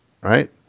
right